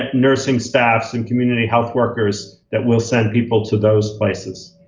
nursing staff and community health workers that we'll send people to those places.